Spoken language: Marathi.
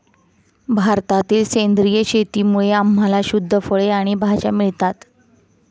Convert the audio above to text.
भारतातील सेंद्रिय शेतीमुळे आम्हाला शुद्ध फळे आणि भाज्या मिळतात